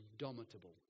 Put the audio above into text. indomitable